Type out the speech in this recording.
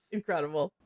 Incredible